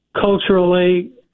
culturally